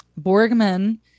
Borgman